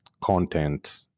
content